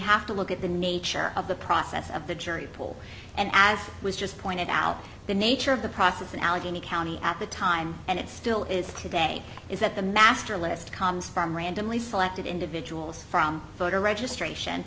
have to look at the nature of the process of the jury pool and as was just pointed out the nature of the process in allegheny county at the time and it still is today is that the master list comes from randomly selected individuals from voter registration